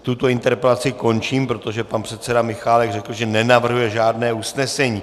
Tuto interpelaci končím, protože pan předseda Michálek řekl, že nenavrhuje žádné usnesení.